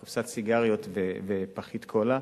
קופסת סיגריות ופחית קולה,